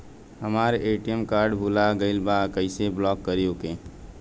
हमार ATM card भूला गईल बा कईसे ब्लॉक करी ओके?